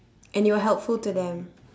and you are helpful to them